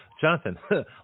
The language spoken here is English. Jonathan